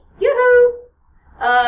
Yoo-hoo